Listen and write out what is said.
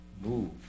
move